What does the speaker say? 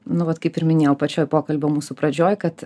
nu vat kaip ir minėjau pačioj pokalbio mūsų pradžioj kad